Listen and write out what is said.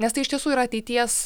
nes tai iš tiesų yra ateities